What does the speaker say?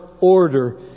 order